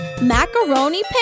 macaroni